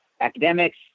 academics